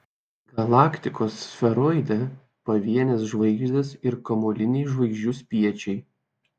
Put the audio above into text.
galaktikos sferoide pavienės žvaigždės ir kamuoliniai žvaigždžių spiečiai